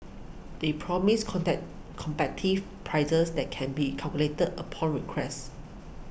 they promise prices that can be calculated upon request